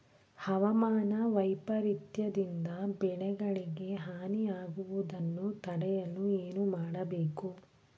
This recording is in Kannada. ಹವಾಮಾನ ವೈಪರಿತ್ಯ ದಿಂದ ಬೆಳೆಗಳಿಗೆ ಹಾನಿ ಯಾಗುವುದನ್ನು ತಡೆಯಲು ಏನು ಮಾಡಬೇಕು?